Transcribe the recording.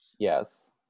yes